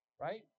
right